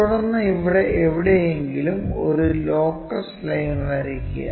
തുടർന്ന് ഇവിടെ എവിടെയെങ്കിലും ഒരു ലോക്കസ് ലൈൻ വരയ്ക്കുക